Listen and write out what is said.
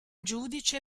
giudice